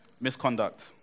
misconduct